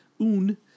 un